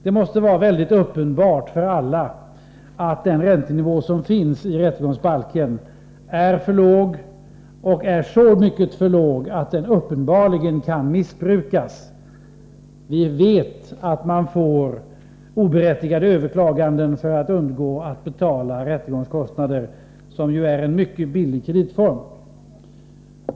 Det måste vara helt uppenbart för alla att den räntenivå som anges i rättegångsbalken är så mycket för låg att den uppenbarligen kan missbrukas. Vi vet att man gör oberättigade överklaganden för att undgå betalningen av rättegångskostnader. Sådana överklaganden är en mycket billig kreditform.